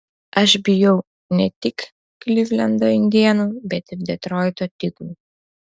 aš bijau ne tik klivlendo indėnų bet ir detroito tigrų